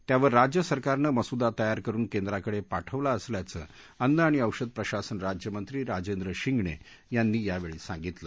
त्यावर राज्य सरकारनं मसुदा तयार करुन केंद्राकडे पाठवला असल्याचं अन्न आणि औषध प्रशासन राज्यमंत्री राजेंद्र शिंगणे यांनी यावेळी सांगितलं